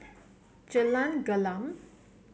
Jalan Gelam